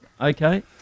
okay